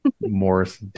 Morris